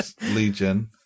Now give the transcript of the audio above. Legion